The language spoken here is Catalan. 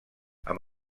amb